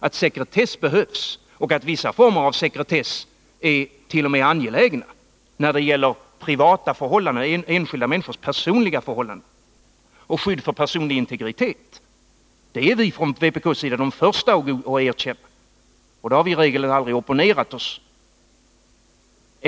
Att sekretess behövs och att vissa former av sekretess t.o.m. är angelägna — när det gäller enskilda människors personliga förhållanden och skydd för personlig integritet — är vi från vpk:s sida de första att erkänna. Där har vi i regel inte, eller aldrig, opponerat oss.